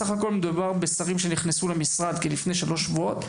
בסך הכול מדובר בשרים שנכנסו למשרד לפני כשלושה שבועות,